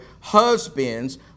Husbands